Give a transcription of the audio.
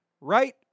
right